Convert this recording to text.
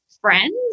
friends